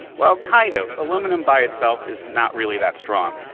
well, kind of. aluminum by itself is not really that strong.